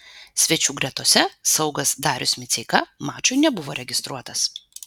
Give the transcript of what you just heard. svečių gretose saugas darius miceika mačui nebuvo registruotas